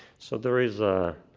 so there is a